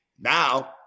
now